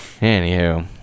Anywho